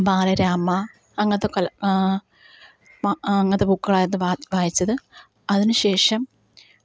ബാലരമ അങ്ങനത്തെ കൊ ബുക്കുകള് ആയിരുന്നു വായിച്ചത് അതിനുശേഷം